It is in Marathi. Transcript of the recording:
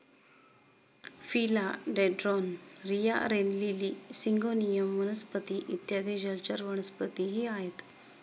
फिला डेन्ड्रोन, रिया, रेन लिली, सिंगोनियम वनस्पती इत्यादी जलचर वनस्पतीही आहेत